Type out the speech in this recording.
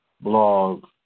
blog